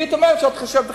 היית אומרת שאת חושבת אחרת.